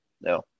no